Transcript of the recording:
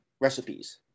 recipes